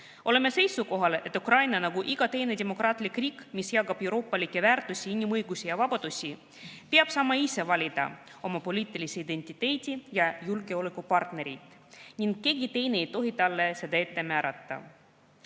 Oleme seisukohal, et Ukraina nagu iga teine demokraatlik riik, mis jagab euroopalikke väärtusi, inimõigusi ja vabadusi, peab saama ise valida oma poliitilise identiteedi ja julgeolekupartnerid ning keegi teine ei tohi talle seda ette